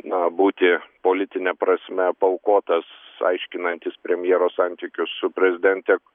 na būti politine prasme paaukotas aiškinantis premjero santykius su prezidente